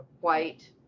white